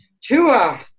Tua